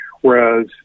Whereas